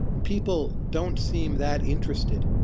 people don't seem that interested.